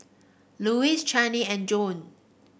Luis Chanie and Joan